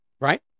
Right